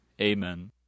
Amen